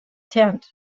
tent